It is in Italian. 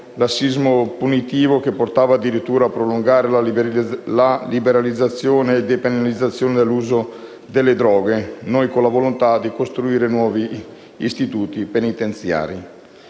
lassismo, che lo portava addirittura a sostenere la liberalizzazione e depenalizzazione dell'uso delle droghe, noi con la volontà di costruire nuovi istituti penitenziari.